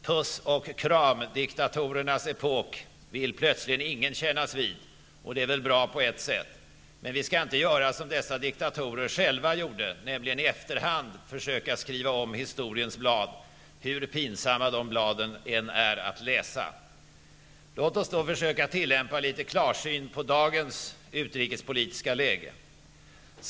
Puss och kramdiktatorernas epok vill plötsligt ingen kännas vid, och det är väl på ett sätt bra, men vi skall inte göra som dessa diktatorer själva gjorde, nämligen i efterhand skriva om historiens blad, hur pinsamma de bladen än är att läsa. Låt oss då försöka tillämpa litet klarsyn på dagens utrikespolitiska läge.